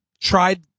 tried